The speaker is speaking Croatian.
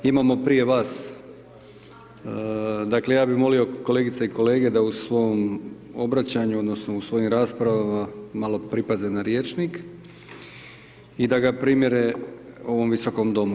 Imamo prije vas, dakle ja bih molio kolegice i kolege da u svom obraćanju odnosno u svojim raspravama, malo pripaze na rječnik i da ga primjere ovom Visokom domu.